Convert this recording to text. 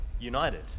united